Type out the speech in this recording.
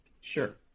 Sure